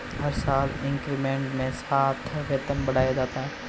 हर साल इंक्रीमेंट के साथ वेतन बढ़ता जाता है